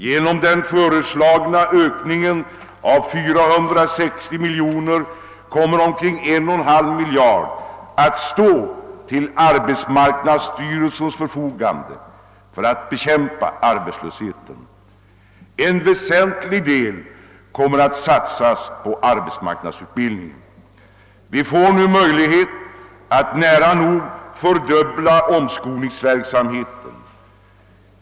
Genom den föreslagna ökningen med 468 miljoner kronor kommer orckring 1,5 miljard kronor att stå till arbetsmarknadsstyrelsens förfogande för att bekämpa arbetslösheten. En väsentlig del kommer att satsas på arbetsmarknadsutbildning. Vi får nu möjlighet att nära nog fördubbla omskolningsverksamheten.